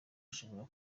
ushobora